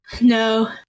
No